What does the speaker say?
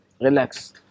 relax